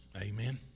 Amen